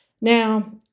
Now